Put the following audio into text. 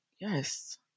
yes